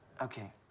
Okay